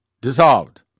dissolved